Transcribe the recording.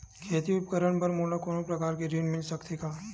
खेती उपकरण बर मोला कोनो प्रकार के ऋण मिल सकथे का?